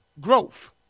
growth